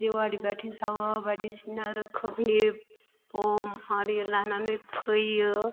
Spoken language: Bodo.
जेवारि बाथि सावो बायदिसिना रोखोमनि बम आरि लानानै फैयो